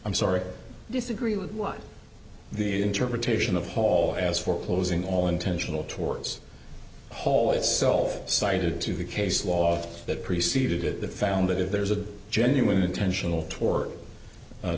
i'm sorry disagree with what the interpretation of hall as for closing all intentional torts hall itself cited to the case law that preceded it the found that if there's a genuine intentional to